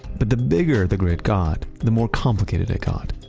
but the bigger the grid got, the more complicated it got,